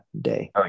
day